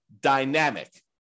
dynamic